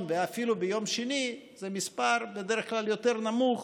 ואפילו ביום שני הוא בדרך כלל נמוך יותר.